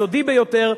היסודי ביותר,